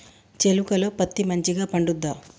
చేలుక లో పత్తి మంచిగా పండుద్దా?